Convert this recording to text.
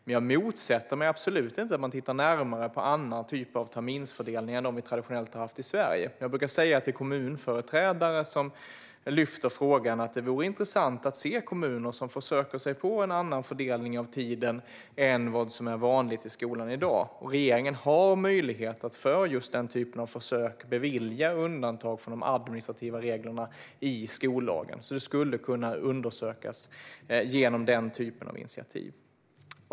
Dock motsätter jag mig absolut inte att man tittar närmare på andra typer av terminsfördelningar än vad vi traditionellt har haft i Sverige. Jag brukar säga till kommunföreträdare som lyfter frågan att det vore intressant att se kommuner som försöker sig på en annan fördelning av tiden än vad som är vanligt i skolan i dag. Regeringen har möjlighet att för just den typen av försök bevilja undantag gällande de administrativa reglerna i skollagen. Frågan om treterminssystem skulle alltså kunna undersökas genom den typen av initiativ.